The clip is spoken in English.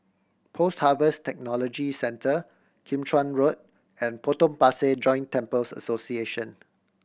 Post Harvest Technology Centre Kim Chuan Road and Potong Pasir Joint Temples Association